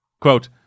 quote